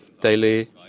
daily